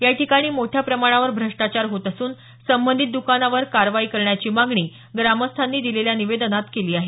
याठिकाणी मोठ्या प्रमाणावर भ्रष्टाचार होत असून संबंधित दुकानदारावर कारवाई करण्याची मागणी ग्रामस्थांनी दिलेल्या निवेदनात केली आहे